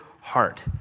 heart